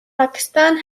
pakistan